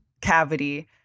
cavity